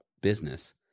business